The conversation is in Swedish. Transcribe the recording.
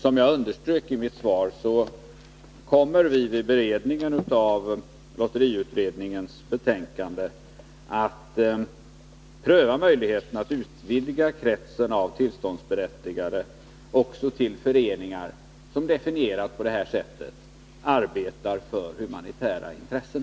Som jag underströk i mitt svar kommer vi vid beredningen av lotteriutredningens betänkande att pröva möjligheten att utvidga kretsen av tillståndsberättigade också till föreningar som, definierat på detta sätt, arbetar för humanitära intressen.